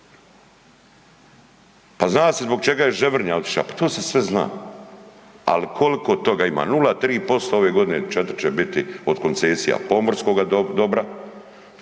Pa zna se zbog čega je Ževrnja otišao, pa to se sve zna ali koliko toga ima, 0,3% ove godine, 4 će biti od koncesija, pomorskoga dobra,